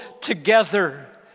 together